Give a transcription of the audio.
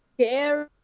scary